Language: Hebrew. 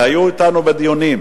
והיו אתנו בדיונים,